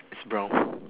it's brown